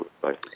Bye